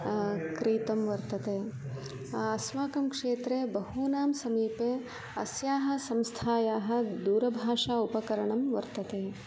क्रीतं वर्तते अस्माकं क्षेत्रे बहूनां समीपे अस्याः संस्थायाः दूरभाषा उपकरणं वर्तते